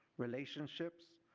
relationships,